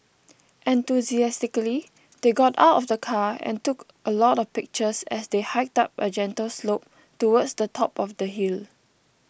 enthusiastically they got out of the car and took a lot of pictures as they hiked up a gentle slope towards the top of the hill